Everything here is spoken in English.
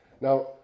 Now